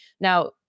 Now